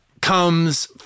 comes